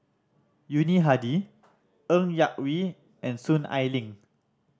Yuni Hadi Ng Yak Whee and Soon Ai Ling